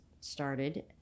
started